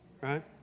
right